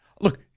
Look